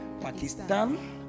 Pakistan